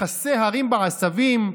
מכסה הרים בעשבים,